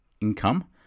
income